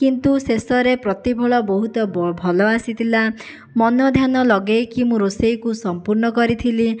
କିନ୍ତୁ ଶେଷରେ ପ୍ରତିଫଳ ବହୁତ ଭଲ ଆସିଥିଲା ମନ ଧ୍ୟାନ ଲେଗାଇକି ମୁଁ ରୋଷେଇକୁ ସଂପୂର୍ଣ କରିଥିଲି